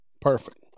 perfect